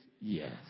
yes